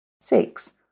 Six